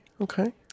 okay